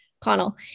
Connell